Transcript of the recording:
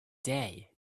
day